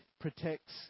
protects